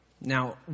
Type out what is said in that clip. Now